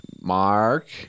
Mark